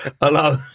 Hello